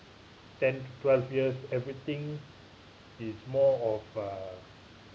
ten twelve years everything is more of uh